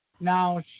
Now